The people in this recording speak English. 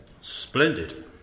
Splendid